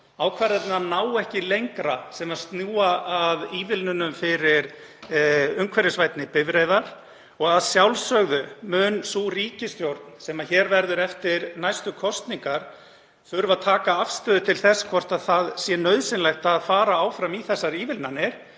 ákvarðanirnar ná ekki lengra sem snúa að ívilnunum fyrir umhverfisvænni bifreiðar. Að sjálfsögðu mun sú ríkisstjórn sem tekur við eftir næstu kosningar þurfa að taka afstöðu til þess hvort það sé nauðsynlegt að fara áfram í þær ívilnanir.